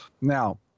Now